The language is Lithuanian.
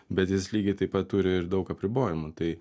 bet jis lygiai taip pat turi ir daug apribojimų tai